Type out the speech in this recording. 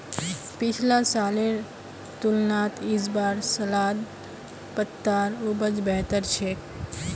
पिछला सालेर तुलनात इस बार सलाद पत्तार उपज बेहतर छेक